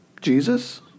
Jesus